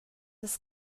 des